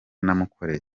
namukoreye